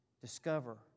Discover